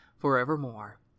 forevermore